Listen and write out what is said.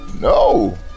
No